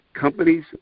companies